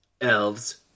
Elves